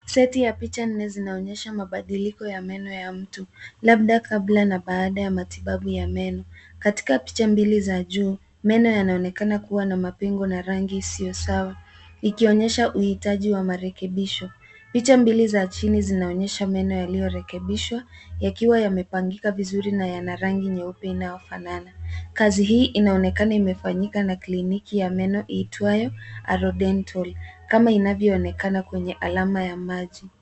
Seti ya picha nne zinaonyesha mabadiliko ya meno ya mtu labda kabla na baada ya matibabu ya meno. Katika picha mbili za juu, meno yanaonekana kuwa na mapengo na rangi isiyo sawa ikionyesha uhitaji wa marekebisho. Picha mbili za chini zinaonyesha meno yaliyorekebishwa, yakiwa yamepangika vizuri na yana rangi nyeupe inayofanana. Kazi hii inaonekana imefanyika na kliniki ya meno iitwayo Arodental , kama inavyoonekana kwenye alama ya maji.